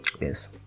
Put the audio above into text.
yes